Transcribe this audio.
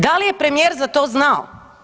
Da li je premijer za to znao?